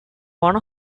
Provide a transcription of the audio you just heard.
one